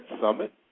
summit